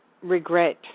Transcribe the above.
regret